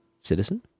Citizen